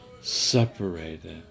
separated